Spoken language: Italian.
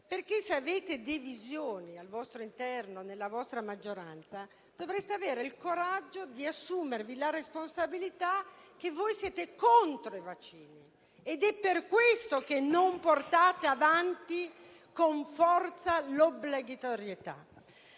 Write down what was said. perché se avete divisioni al vostro interno, nella vostra maggioranza, dovreste avere il coraggio di assumervi la responsabilità di dire che voi siete contro i vaccini ed è per questo che non portate avanti con forza l'obbligatorietà.